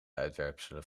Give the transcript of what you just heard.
uitwerpselen